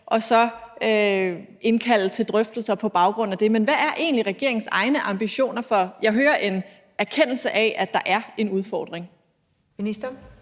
og så indkalde til drøftelse på baggrund af det. Men hvad er egentlig regeringens egne ambitioner, for jeg hører en erkendelse af, at der er en udfordring?